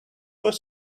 was